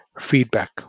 feedback